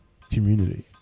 community